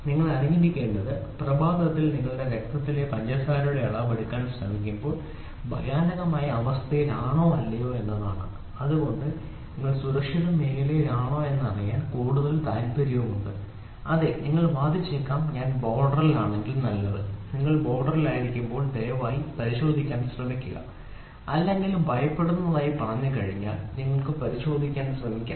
നിങ്ങൾ അറിഞ്ഞിരിക്കേണ്ടത് ആ പ്രഭാതത്തിൽ നിങ്ങൾ രക്തത്തിലെ പഞ്ചസാരയുടെ അളവ് എടുക്കാൻ ശ്രമിക്കുമ്പോൾ നിങ്ങൾ ഭയാനകമായ അവസ്ഥയിലാണോ അല്ലയോ എന്നതാണ് എന്തുകൊണ്ടാണ് നിങ്ങൾ സുരക്ഷിത മേഖലയിലാണോ എന്ന് അറിയാൻ കൂടുതൽ താൽപ്പര്യമുള്ളത് അതെ നിങ്ങൾ വാദിച്ചേക്കാം ഞാൻ ബോർഡറിൽ ആണെങ്കിൽ നല്ലത് നിങ്ങൾ ബോർഡറിലായിരിക്കുമ്പോൾ ദയവായി പരിശോധിക്കാൻ ശ്രമിക്കുക അല്ലെങ്കിൽ ഭയപ്പെടുത്തുന്നതായി പറഞ്ഞുകഴിഞ്ഞാൽ നിങ്ങൾ പരിശോധിക്കാൻ ശ്രമിക്കും